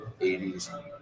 80s